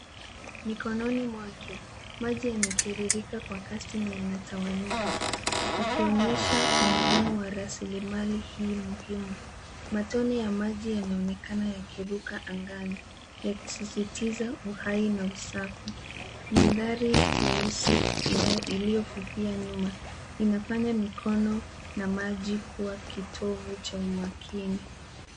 Mikononi mwake maji yanatiririka kwa kasi na yanatawanyika ikionyesha umuhimu wa rasilimali hii muhimu. Matone ya maji yanaonekana yakiruka angani yakisisitiza uhai na usafi. Mandhari nyeusi iliyofifia nyuma inafanya mikono na maji kuwa kitovu cha umakini.